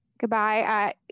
goodbye